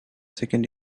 second